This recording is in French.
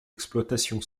exploitation